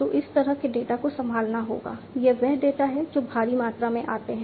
तो इस तरह के डेटा को संभालना होगा ये वे डेटा हैं जो भारी मात्रा में आते हैं